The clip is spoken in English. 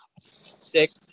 Six